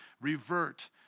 revert